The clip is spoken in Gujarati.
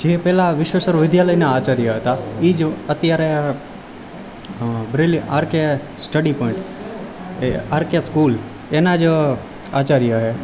જે પેલા વિશ્વેસર વિદ્યાલયના આચાર્ય હતા એજ અત્યારે આરકે સ્ટડી પોઈન્ટ એ આરકે સ્કુલ એના જ આચાર્ય છે